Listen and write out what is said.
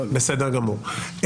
בסדר גמור.